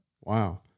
Wow